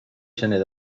gener